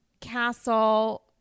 castle